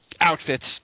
outfits